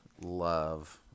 love